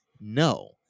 No